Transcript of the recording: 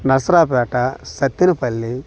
Narasaraopet Sattenapalli